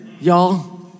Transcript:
y'all